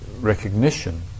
recognition